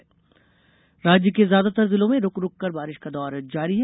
मौसम राज्य के ज्यादातर जिलों में रुक रुककर बारिश का दौर जारी है